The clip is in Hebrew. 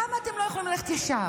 למה אתם לא יכולים ללכת ישר?